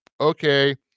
okay